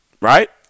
Right